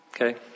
okay